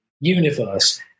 universe